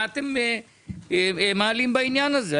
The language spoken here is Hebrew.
מה אתם מעלים בעניין הזה,